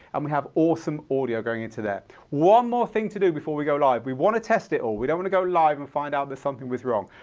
and we have awesome audio going into there. one more thing to do before we go live. we want to test it all. we don't want to go live and find out that something was wrong.